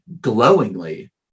glowingly